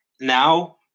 now